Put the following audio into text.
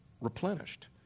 replenished